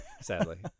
sadly